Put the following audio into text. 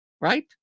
Right